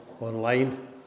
online